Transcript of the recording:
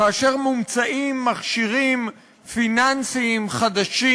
כאשר מומצאים מכשירים פיננסיים חדשים,